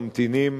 ממתינים